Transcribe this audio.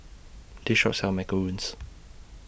This Shop sells Macarons